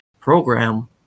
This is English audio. program